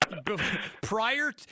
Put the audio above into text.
prior